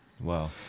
Wow